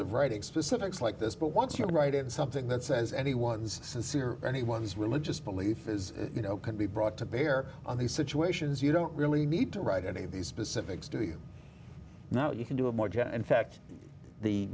of writing specifics like this but once you're writing something that says anyone's sincere or anyone's religious belief is you know can be brought to bear on these situations you don't really need to write any of these specifics to you now you can do a